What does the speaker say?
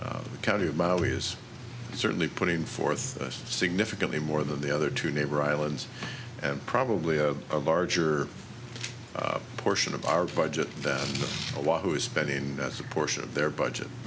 is certainly putting forth us significantly more than the other two neighbor islands and probably a larger portion of our budget than a lot who is spending as a portion of their budget